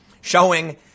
showing